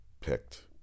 picked